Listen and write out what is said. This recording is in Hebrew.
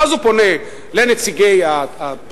ואז הוא פונה לנציגי הפרקליטות,